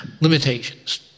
Limitations